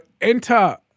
enter